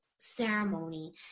ceremony